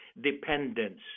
dependence